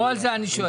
לא על זה אני שואל.